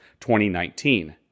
2019